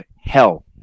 hell